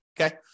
okay